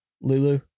Lulu